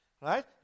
Right